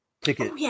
ticket